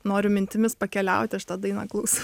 noriu mintimis pakeliauti aš tą dainą klausau